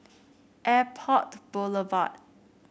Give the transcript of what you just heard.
Airport Boulevard